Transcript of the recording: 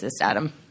Adam